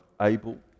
able